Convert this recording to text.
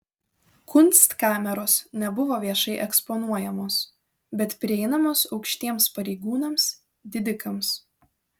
kunstkameros nebuvo viešai eksponuojamos bet prieinamos aukštiems pareigūnams didikams